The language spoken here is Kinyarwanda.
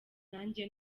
najye